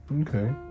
okay